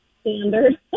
standard